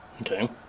Okay